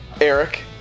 Eric